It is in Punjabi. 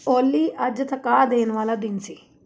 ਓਲੀ ਅੱਜ ਥਕਾ ਦੇਣ ਵਾਲਾ ਦਿਨ ਸੀ